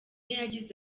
yagize